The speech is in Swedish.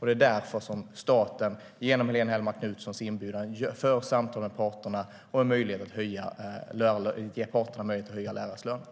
Det är därför staten genom Helene Hellmark Knutssons inbjudan för samtal med parterna om att ge dem möjlighet att höja lärarnas löner.